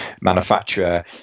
manufacturer